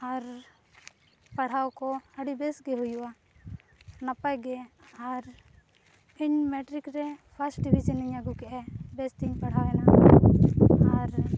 ᱟᱨ ᱯᱟᱲᱦᱟᱣᱠᱚ ᱟᱹᱰᱤ ᱵᱮᱥᱜᱮ ᱦᱩᱭᱩᱜᱼᱟ ᱱᱟᱯᱟᱭᱜᱮ ᱟᱨ ᱤᱧ ᱢᱮᱴᱨᱤᱠᱨᱮ ᱯᱷᱟᱥᱴ ᱰᱤᱵᱷᱤᱡᱚᱱᱤᱧ ᱟᱹᱜᱩᱠᱮᱜᱼᱟ ᱵᱮᱥᱛᱮᱧ ᱯᱟᱲᱦᱟᱣᱮᱱᱟ ᱟᱨ